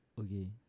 Okay